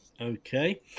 okay